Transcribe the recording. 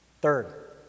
Third